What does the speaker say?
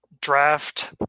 draft